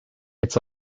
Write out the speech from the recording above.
its